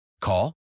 Call